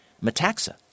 Metaxa